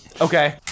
Okay